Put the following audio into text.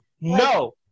No